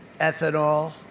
ethanol